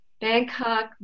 Bangkok